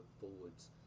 forwards